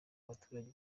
abaturage